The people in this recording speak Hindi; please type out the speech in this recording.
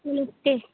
नमस्ते